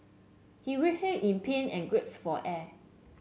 he writhed in pain and gasped for air